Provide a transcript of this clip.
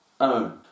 own